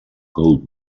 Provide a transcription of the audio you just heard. gold